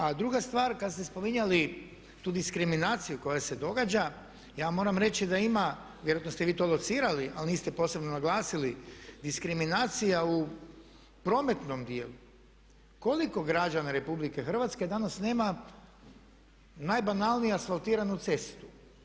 A druga stvar, kad ste spominjali tu diskriminaciju koja se događa, ja moram reći da ima, vjerojatno ste vi to locirali ali niste posebno naglasili diskriminacija u prometnom dijelu, koliko građana RH danas nema najbanalnije asfaltiranu cestu?